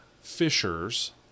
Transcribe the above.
fishers